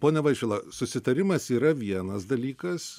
pone vaišvila susitarimas yra vienas dalykas